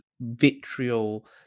vitriol